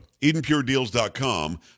EdenPureDeals.com